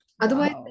Otherwise